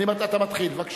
אתה מתחיל, בבקשה.